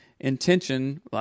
Intention